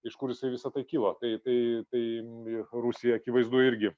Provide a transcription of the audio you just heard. iš kur jisai visa tai kilo tai tai tai rusija akivaizdu irgi